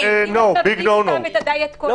ואם אתה מביא את הדיאט קולה שלך --- אדם שבא עם בקבוק בירה,